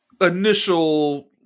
initial